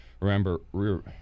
Remember